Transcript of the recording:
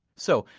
so,